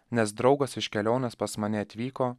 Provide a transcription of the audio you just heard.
nes draugas iš kelionės pas mane atvyko